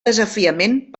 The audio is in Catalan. desafiament